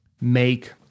make